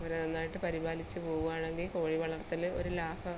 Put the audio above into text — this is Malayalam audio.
അവരെ നന്നായിട്ട് പരിപാലിച്ച് പോവുകയാണെങ്കിൽ കോഴി വളർത്തൽ ഒരു ലാഭ